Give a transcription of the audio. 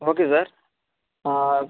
okay sir